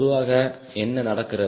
பொதுவாக என்ன நடக்கிறது